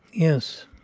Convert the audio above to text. yes,